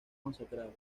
masacrados